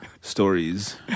stories